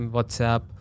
Whatsapp